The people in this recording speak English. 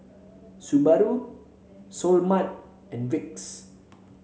Subaru Seoul Mart and Vicks